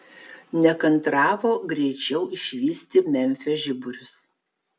nekantravo greičiau išvysti memfio žiburius